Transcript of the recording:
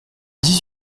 dix